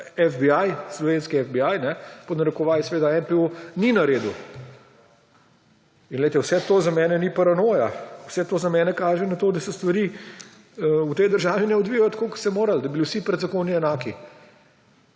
slovenski FBI, pod narekovaji seveda, NPU ni naredil. In glejte, vse to za mene ni paranoja. Vse to za mene kaže na to, da se stvari v tej državi ne odvijajo tako, kot bi se morale, da bi bili vsi pred zakoni enaki,